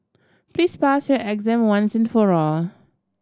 please pass your exam once and for all